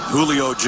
Julio